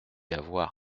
avoir